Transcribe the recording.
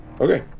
okay